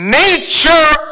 nature